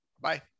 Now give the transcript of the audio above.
Bye